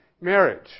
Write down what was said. marriage